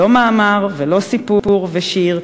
לא מאמר ולא סיפור ושיר.